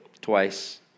twice